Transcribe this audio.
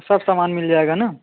सब सामान मिल जाएगा ना